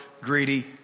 greedy